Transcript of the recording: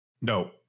No